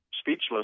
speechless